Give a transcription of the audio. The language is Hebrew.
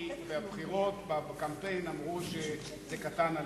כי בבחירות, בקמפיין, אמרו שזה קטן עליה.